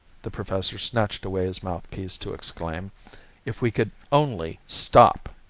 the professor snatched away his mouthpiece to exclaim if we could only stop.